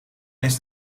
eens